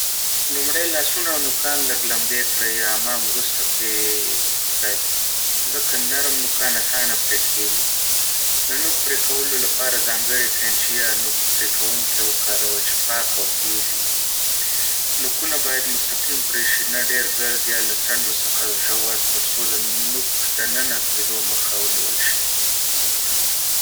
لومړی، لاسونه او نوکان لږ لمدې کړئ یا حمام وروسته پرې کړئ، ځکه نرم نوکان اسانه پرې کېږي. د نوک پرې کولو لپاره ځانګړي قینچي یا نوک پرې کوونکی وکاروئ چې پاک او تېز وي. نوکونه باید مستقیم پرې شي، نه ډېر ګرد یا له څنډو څخه ژور، ترڅو د نوک دننه کېدو مخه ونیول شي.